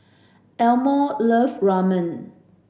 Elmore love Ramen